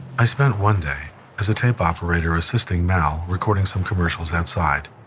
i spent one day as a tape operator assisting mal recording some commercials outside.